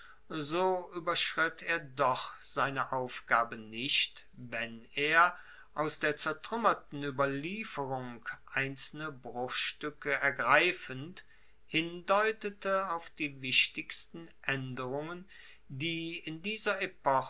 so ueberschritt er doch seine aufgabe nicht wenn er aus der zertruemmerten ueberlieferung einzelne bruchstuecke ergreifend hindeutete auf die wichtigsten aenderungen die in dieser